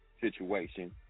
situation